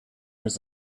was